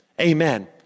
Amen